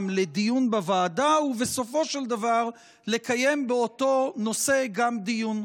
לדיון בוועדה ובסופו של דבר לקיים באותו נושא גם דיון.